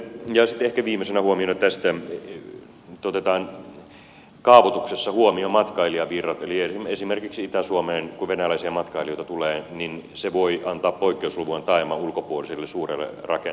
ehkä viimeisenä huomiona tästä että otetaan kaavoituksessa huomioon matkailijavirrat eli esimerkiksi itä suomeen kun venäläisiä matkailijoita tulee niin se voi antaa poikkeusluvan taajaman ulkopuoliselle suurelle rakentamiselle